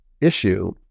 issue